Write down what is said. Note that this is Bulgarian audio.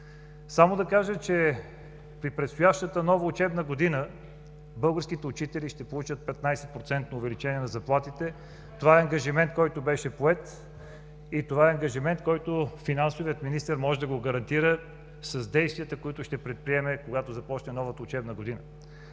Само да кажа, че при предстоящата нова учебна година българските учители ще получат 15% увеличение на заплатите. Това е ангажимент, който беше поет и това е ангажимент, който финансовият министър може да го гарантира с действията, които ще предприеме когато започне новата учебна година.